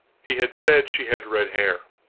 he had said she had red hair.